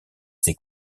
ses